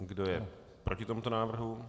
Kdo je proti tomuto návrhu?